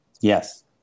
Yes